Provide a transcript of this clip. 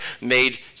made